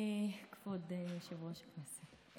כבוד יושב-ראש הישיבה.